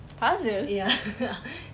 puzzle